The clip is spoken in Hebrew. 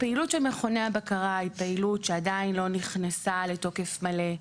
הפעילות של מכוני הבקרה היא פעילות שעדיין לא נכנסה לתוקף מלא.